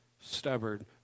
stubborn